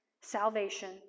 salvation